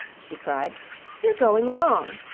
she cried you're going wrong.